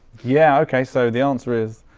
yeah okay, so the answer is,